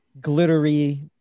glittery